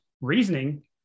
reasoning